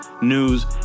news